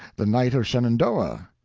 the knight of shenandoah,